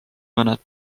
mõned